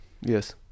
Yes